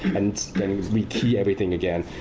and rekey everything again.